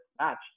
match